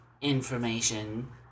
information